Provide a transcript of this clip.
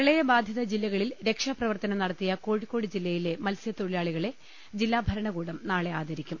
പ്രളയ ബാധിത ജില്ലകളിൽ രക്ഷാപ്രവർത്തനം നടത്തിയ കോഴിക്കോട് ജില്ലയിലെ മത്സ്യതൊഴിലാളികളെ ജില്ലാ ഭരണകൂടം നാളെ ആദരിക്കും